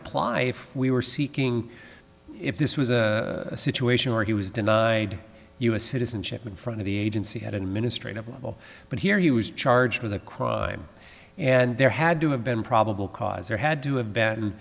apply if we were seeking if this was a situation where he was denied us citizenship in front of the agency had administrative level but here he was charged with a crime and there had to have been probable cause there had to have been